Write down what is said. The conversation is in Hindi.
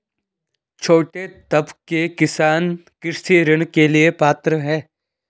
छोटे तबके के किसान कृषि ऋण के लिए पात्र हैं?